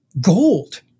gold